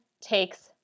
takes